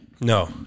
No